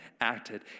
acted